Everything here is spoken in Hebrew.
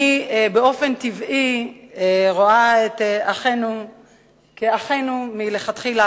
אני באופן טבעי רואה את אחינו כאחינו מלכתחילה,